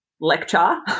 lecture